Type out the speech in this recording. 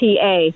PA